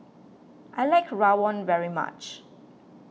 I like Rawon very much